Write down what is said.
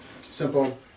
simple